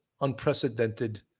unprecedented